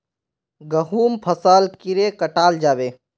गहुम फसल कीड़े कटाल जाबे?